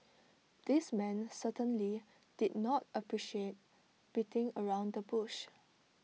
the man certainly did not appreciate beating around the bush